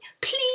please